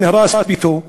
נהרס ביתו,